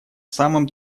самым